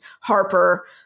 Harper